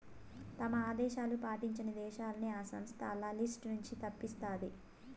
తమ ఆదేశాలు పాటించని దేశాలని ఈ సంస్థ ఆల్ల లిస్ట్ నుంచి తప్పిస్తాది